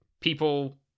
people